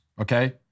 okay